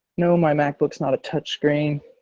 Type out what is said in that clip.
no my macbook's not a touchscreen.